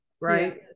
right